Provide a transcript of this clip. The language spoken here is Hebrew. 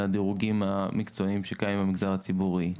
הדירוגים המקצועיים שקיימים במגזר הציבורי.